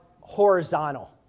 horizontal